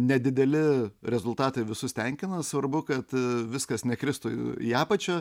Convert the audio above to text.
nedideli rezultatai visus tenkina svarbu kad viskas nekristų į apačią